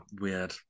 Weird